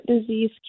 disease